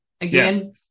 again